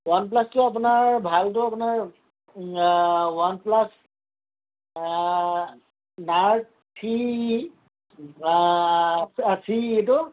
one প্লাছটো আপোনাৰ ভালটো আপোনাৰ ওৱান প্লাছ